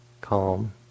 calm